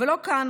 אבל לא כאן,